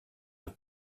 have